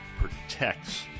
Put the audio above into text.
protects